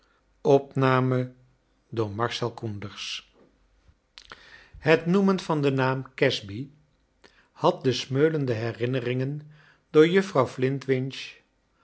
het noemen van den naam casby had de smeulende herinneringen door juffrouw flintwinch